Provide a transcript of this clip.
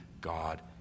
God